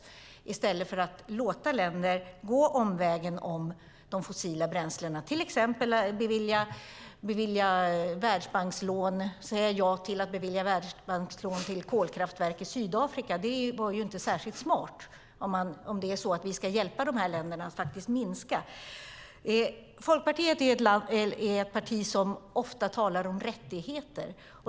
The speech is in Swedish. I stället låter vi länder gå omvägen med fossila bränslen, till exempel genom att säga ja till att bevilja Världsbankslån till kolkraftverk i Sydafrika. Det är inte särskilt smart, om det är så att vi ska hjälpa dessa länder att minska utsläppen. Folkpartiet är ett parti som ofta talar om rättigheter.